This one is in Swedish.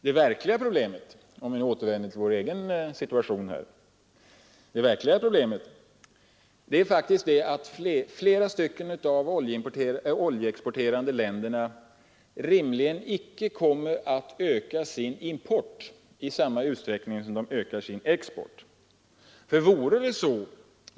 Det verkliga problemet är faktiskt att flera av de oljeexporterande länderna omöjligen kommer att kunna öka sin import i samma utsträckning som de ökar sin export.